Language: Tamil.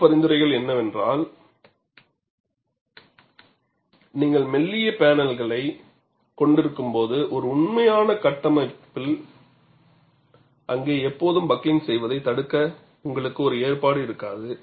மற்ற பரிந்துரைகள் என்னவென்றால் நீங்கள் மெல்லிய பேனல்களைக் கொண்டிருக்கும்போது ஒரு உண்மையான கட்டமைப்பில் அங்கே எப்போதும் பக்ளிங்க் செய்வதைத் தடுக்க உங்களுக்கு ஒரு ஏற்பாடு இருக்காது